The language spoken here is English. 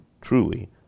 truly